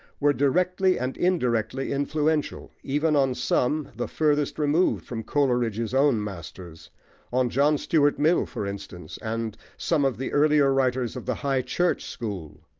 were directly and indirectly influential, even on some the furthest removed from coleridge's own masters on john stuart mill, for instance, and some of the earlier writers of the high-church school.